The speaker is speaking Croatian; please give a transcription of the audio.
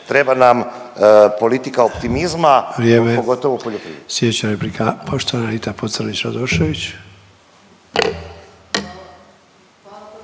treba nam politika optimizma, pogotovo u poljoprivredi.